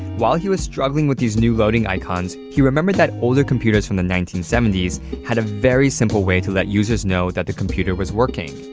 while he was struggling with these new loading icons, he remembered that older computers from the nineteen seventy s had a very simple way to let users know that the computer was working.